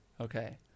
Okay